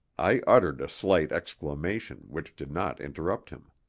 i uttered a slight exclamation, which did not interrupt him.